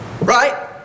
Right